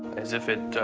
as if it